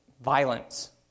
violence